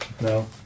No